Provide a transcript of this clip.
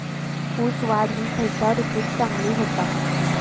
ऊस वाढ ही खयच्या ऋतूत चांगली होता?